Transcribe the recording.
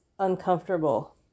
uncomfortable